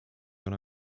ole